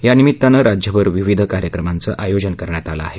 यानिमित्तानं राज्यभर विविध कार्यक्रमांचं आयोजन करण्यात आलं आहे